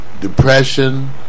depression